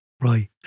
Right